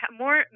more